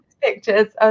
pictures